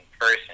person